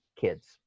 kids